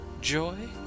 joy